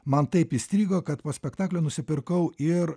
man taip įstrigo kad po spektaklio nusipirkau ir